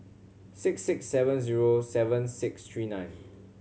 six six seven zero seven six three nine